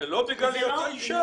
לא בגלל היותן נשים.